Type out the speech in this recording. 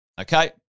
okay